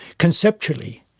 conceptually,